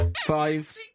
Five